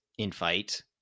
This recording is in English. infight